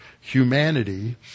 humanity